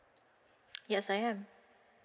yes I am